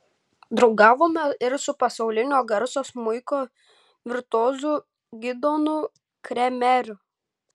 draugavome ir su pasaulinio garso smuiko virtuozu gidonu kremeriu